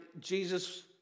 Jesus